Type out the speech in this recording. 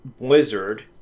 Blizzard